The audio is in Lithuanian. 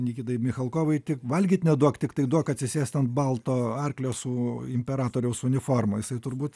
nikitai michalkovui tik valgyt neduok tiktai duok atsisėst ant balto arklio su imperatoriaus uniforma jisai turbūt